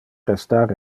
restar